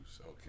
Okay